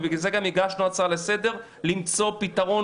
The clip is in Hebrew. עלתה הסוגיה הזאת למצוא פתרון